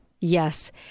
Yes